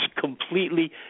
completely